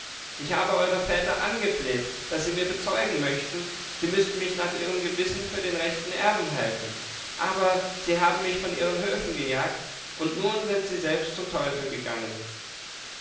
ich habe eure väter angefleht daß sie mir bezeugen möchten sie müßten mich nach ihrem gewissen für den rechten erben halten aber sie haben mich von ihren höfen gejagt und nun sind sie selbst zum teufel gegangen